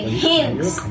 hints